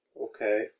Okay